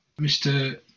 Mr